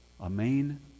Amen